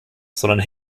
sondern